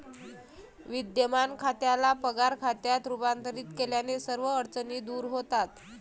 विद्यमान खात्याला पगार खात्यात रूपांतरित केल्याने सर्व अडचणी दूर होतात